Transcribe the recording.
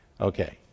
Okay